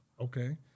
okay